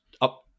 up